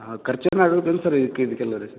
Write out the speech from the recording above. ಹಾಂ ಖರ್ಚು ಏನು ಆಗುದಿಲ್ಲ ಸರ್ ಇದ್ಕೆ ಇದಕ್ಕೆಲ್ಲ ರೀ